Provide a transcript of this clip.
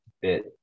bit